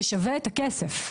זה שווה את הכסף.